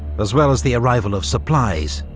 as well as the arrival of supplies.